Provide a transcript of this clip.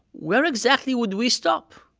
where exactly would we stop?